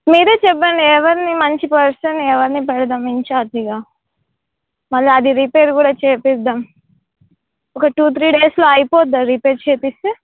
మీరే చెప్పండి ఎవరిని మంచి పర్సన్ ఎవరిని పెడదాం ఇన్చార్జిగా మళ్ళీ అది రిపేర్ కూడా చేపిద్దాం ఒక టూ త్రీ డేస్లో అయిపోతుందా రిపేర్ చేపిస్తే